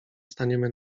staniemy